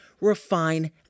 refine